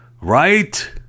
Right